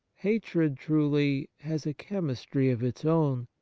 hatred, truly, has a chemistry of its own,